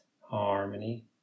harmony